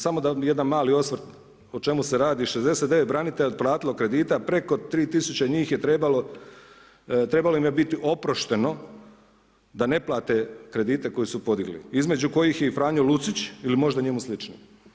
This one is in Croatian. Samo da jedan mali osvrt o čemu se radi, 69 branitelja je otplatilo kredita, preko 3 000 njih je trebalo im biti oprošteno da ne plate kredite koji su podigli između kojih je i Franjo Lucić ili možda njemu slični.